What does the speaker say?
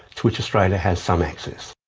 to which australia has some access.